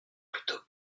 plutôt